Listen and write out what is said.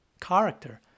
character